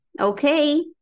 Okay